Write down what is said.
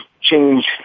change